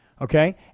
Okay